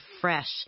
fresh